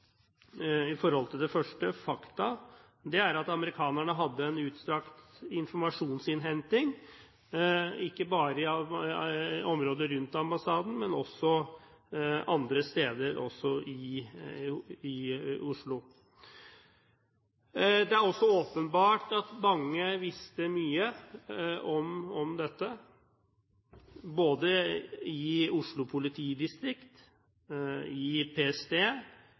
det første, fakta, at amerikanerne hadde en utstrakt informasjonsinnhenting, ikke bare i området rundt ambassaden, men også andre steder i Oslo. Det er også åpenbart at mange visste mye om dette, både i Oslo politidistrikt, i PST